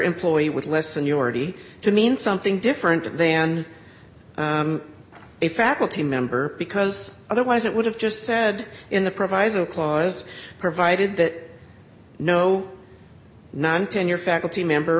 employee with less than you already to mean something different then a faculty member because otherwise it would have just said in the proviso clause provided that no non tenure faculty member